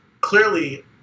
clearly